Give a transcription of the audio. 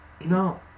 No